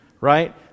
right